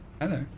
hello